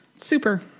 Super